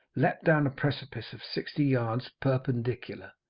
leaped down a precipice of sixty yards perpendicular.